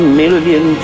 million